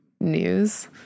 news